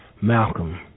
Malcolm